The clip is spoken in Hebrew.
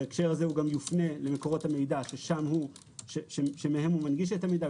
בהקשר הזה הוא גם יופנה למקורות המידע שמהם הוא מנגיש את המידע,